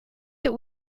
that